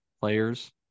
players